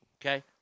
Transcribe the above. okay